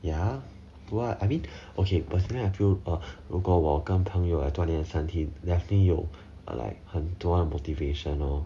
ya but I mean okay personally I feel uh 如果我跟朋友锻炼身体 definitely 有 like 很多 motivation lor